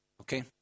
Okay